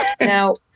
Now